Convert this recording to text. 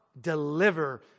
deliver